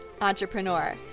entrepreneur